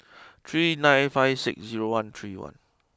three nine five six zero one three one